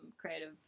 creative